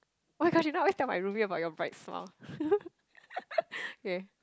oh-my-gosh you know I always tell my roomie about your bright smile okay